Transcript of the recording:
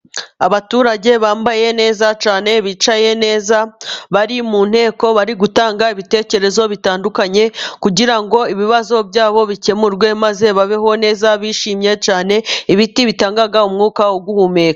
Abaturage bambaye neza cyane bicaye neza, bari mu nteko. Bari gutanga ibitekerezo bitandukanye kugira ngo ibibazo byabo bikemurwe maze babeho neza bishimiye cyane. Ibiti bitanga umwuka wo guhumeka.